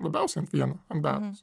labiausiai ant vieno ant beatos